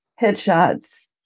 headshots